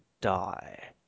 die